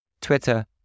Twitter